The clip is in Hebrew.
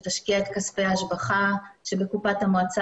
שתשקיע את כספי ההשבחה שבקופת המועצה